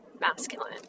masculine